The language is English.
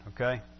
okay